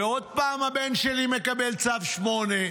ועוד פעם הבן שלי מקבל צו 8,